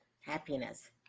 Happiness